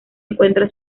encuentra